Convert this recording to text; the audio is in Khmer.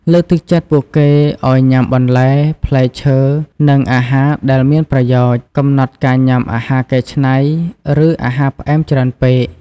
លើកទឹកចិត្តពួកគេឲ្យញ៉ាំបន្លែ ផ្លែឈើ និងអាហារដែលមានប្រយោជន៍។ កំណត់ការញ៉ាំអាហារកែច្នៃ ឬអាហារផ្អែមច្រើនពេក។